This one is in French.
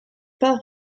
pas